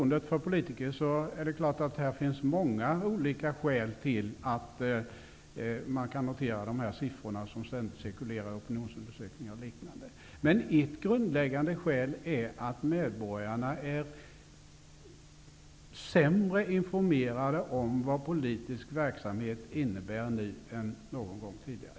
Det är klart att det finns många olika skäl till att sådana här siffror om förtroendet för politiker ständigt cirkulerar i opinionsundersökningar och liknande. Men ett grundläggande skäl är att medborgarna nu är sämre informerade än någon gång tidigare om vad politisk verksamhet innebär.